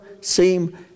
seem